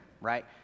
right